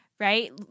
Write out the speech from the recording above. right